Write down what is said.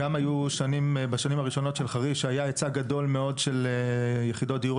בשנים הראשונות של חריש היה היצע גדול מאוד של יחידות דיור